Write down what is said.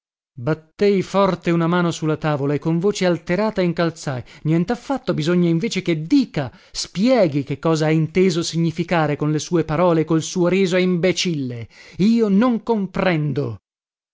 battei forte una mano su la tavola e con voce alterata incalzai nientaffatto bisogna invece che dica spieghi che cosa ha inteso di significare con le sue parole e col suo riso imbecille io non comprendo